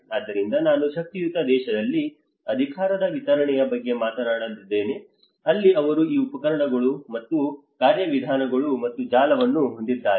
ಆದ್ದರಿಂದ ನಾನು ಶಕ್ತಿಯುತ ದೇಶದಲ್ಲಿ ಅಧಿಕಾರದ ವಿತರಣೆಯ ಬಗ್ಗೆ ಮಾತನಾಡಿದ್ದೇನೆ ಅಲ್ಲಿ ಅವರು ಈ ಉಪಕರಣಗಳು ಮತ್ತು ಕಾರ್ಯವಿಧಾನಗಳು ಮತ್ತು ಜಾಲವನ್ನು ಹೊಂದಿದ್ದಾರೆ